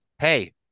Hey